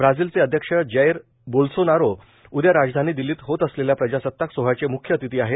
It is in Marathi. ब्राझीलचे अध्यक्ष जैर बोल्सोनारो उदया राजधानी दिल्लीत होत असलेल्या प्रजासताक सोहळ्याचे मूख्य अतिथी आहेत